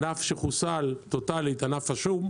ענף שחוסל טוטלית, ענף השום,